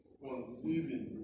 conceiving